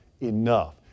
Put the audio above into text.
enough